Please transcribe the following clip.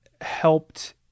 helped